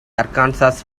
arkansas